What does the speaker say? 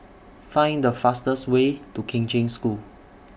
Find The fastest Way to Kheng Cheng School